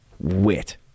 wit